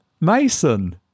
Mason